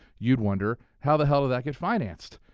you'd wonder how the hell did that get financed?